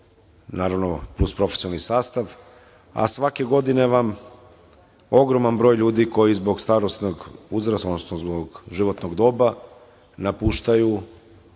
naravno plus profesionalni sastav, a svake godine vam ogroman broj ljudi koji zbog starosnog uzrasta, životnog doba, napuštaju